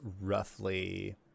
roughly